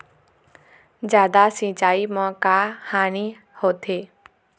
जादा सिचाई म का हानी होथे?